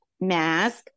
Mask